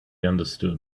understood